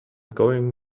going